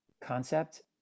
concept